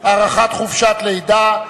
הארכת חופשת לידה),